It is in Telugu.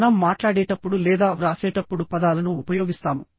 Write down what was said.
మనం మాట్లాడేటప్పుడు లేదా వ్రాసేటప్పుడు పదాలను ఉపయోగిస్తాము